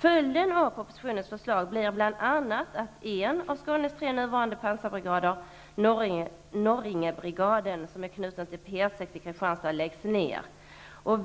Följden av propositionens förslag blir bl.a. att en av Skånes tre nuvarande pansarbrigader, Norringebrigaden, som är knuten till P 6 i Kristianstad, läggs ner.